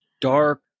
Dark